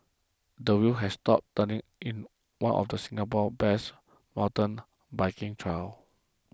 the wheels have stopped turning in one of Singapore's best mountain biking trails